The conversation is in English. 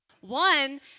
One